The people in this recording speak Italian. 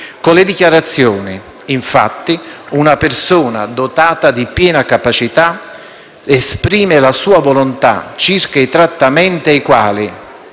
Con le dichiarazioni, infatti, una persona dotata di piena capacità, esprime la sua volontà circa i trattamenti ai quali